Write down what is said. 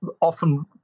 often